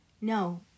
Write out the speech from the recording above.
No